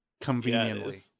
conveniently